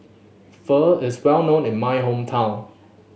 pho is well known in my hometown